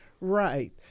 Right